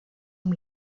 amb